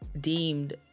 deemed